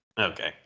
Okay